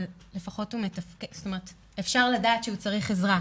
אבל אפשר לדעת שהוא צריך עזרה.